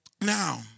Now